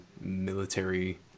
military